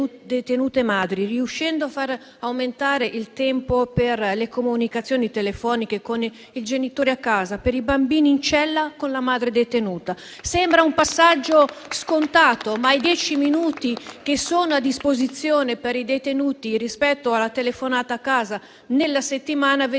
riuscendo a far aumentare il tempo per le comunicazioni telefoniche con il genitore a casa, per i bambini in cella con la madre detenuta. Sembra un passaggio scontato, ma i dieci minuti che sono a disposizione per i detenuti, rispetto alla telefonata a casa, nella settimana, vedevano